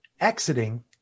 exiting